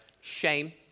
shame